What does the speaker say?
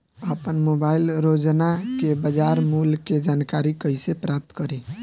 आपन मोबाइल रोजना के बाजार मुल्य के जानकारी कइसे प्राप्त करी?